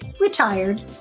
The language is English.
retired